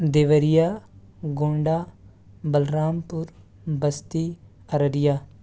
Deoria Gonda Balrampur Basti Araria